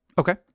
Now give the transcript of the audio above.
Okay